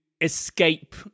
escape